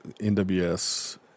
NWS